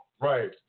Right